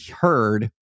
heard